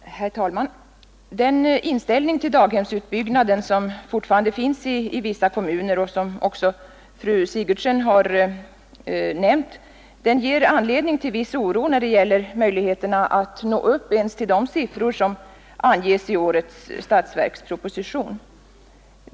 Herr talman! Den inställning till daghemsutbyggnaden som fortfarande finns i vissa kommuner och som också fru Sigurdsen har nämnt ger anledning till viss oro när det gäller möjligheterna att nå ens de siffror som anges i årets statsverksproposition.